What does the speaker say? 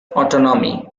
autonomy